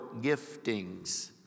giftings